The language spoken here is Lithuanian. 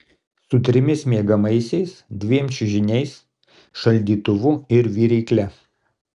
su trimis miegamaisiais dviem čiužiniais šaldytuvu ir virykle